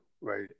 Right